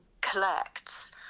collects